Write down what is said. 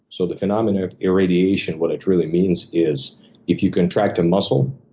so the phenomenon of irradiation, what it really means is if you contract a muscle,